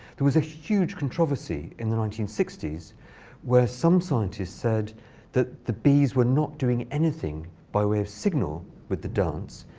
there was a huge controversy in the nineteen sixty s where some scientists said that the bees were not doing anything by way of signal with the dance.